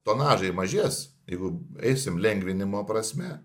tonažai mažės jeigu eisim lengvinimo prasme